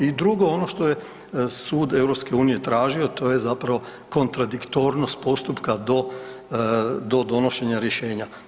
I drugo ono što je Sud EU tražio to je zapravo kontradiktornost postupka do, do donošenja rješenja.